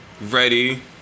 ready